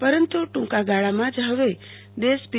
પરંતુ ટૂંકા ગાળામાં જ હવે દેશ પી